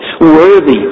worthy